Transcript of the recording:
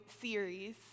series